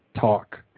talk